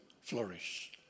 flourish